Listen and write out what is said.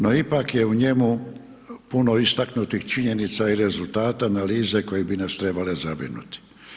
No, ipak je u njemu puno istaknutih činjenica i rezultata analize koje bi nas trebale zabrinuti.